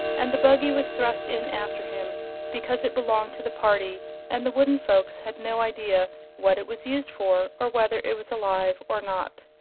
and the buggy was thrust in after him because it belonged to the party and the wooden folks had no idea what it was used for or whether it was alive or not.